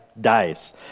dies